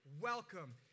welcome